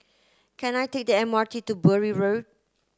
can I take the M R T to Bury Road